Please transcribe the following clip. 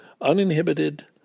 Uninhibited